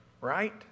right